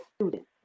student